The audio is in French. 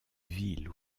villes